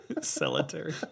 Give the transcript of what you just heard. Solitary